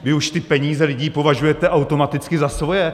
Vy už ty peníze lidí považujete automaticky za svoje!